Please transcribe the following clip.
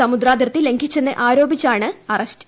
സമുദ്രാതിർത്തി ലംഘിച്ചെന്ന് ആരോപിച്ചാണ് അറസ്റ്റ്